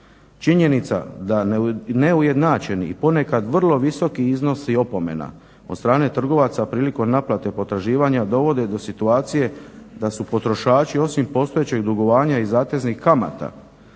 činjenica da neujednačeni i ponekad vrlo visoki iznosi opomena od strane trgovaca prilikom naplate potraživanja dovode do situacije da su potrošači osim postojećeg dugovanja i zateznih kamata